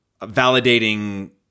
validating